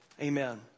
Amen